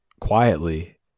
quietly